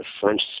French